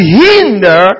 hinder